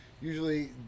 usually